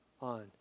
on